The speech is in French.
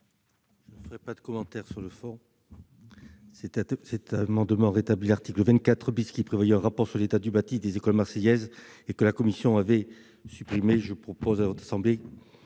Je ne ferai pas de commentaire sur le fond. Cet amendement vise à rétablir l'article 24 qui prévoyait un rapport sur l'état du bâti des écoles marseillaises et que la commission avait supprimé. Je propose à nos collègues